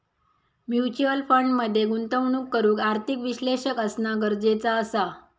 mutual fund मध्ये गुंतवणूक करूक आर्थिक विश्लेषक असना गरजेचा असा